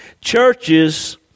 Churches